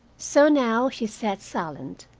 so now she sat silent,